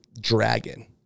dragon